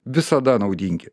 visada naudingi